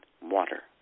water